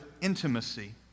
intimacy